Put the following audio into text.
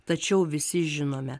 tačiau visi žinome